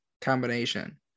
combination